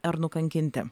ar nukankinti